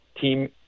team